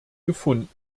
gefunden